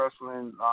wrestling